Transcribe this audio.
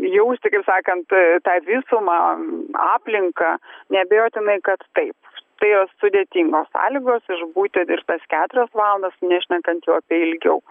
jausti kaip sakant tą visumą aplinką neabejotinai kad taip tai jos sudėtingos sąlygos išbūti ir tas keturias valandas nešnekant jau apie ilgiau